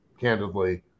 Candidly